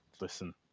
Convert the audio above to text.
Listen